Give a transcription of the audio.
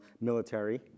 military